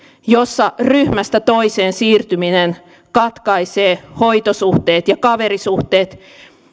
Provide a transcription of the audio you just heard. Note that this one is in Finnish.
jossa ryhmästä toiseen siirtyminen katkaisee hoitosuhteet ja kaverisuhteet